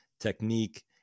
technique